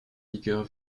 liqueur